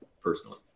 personally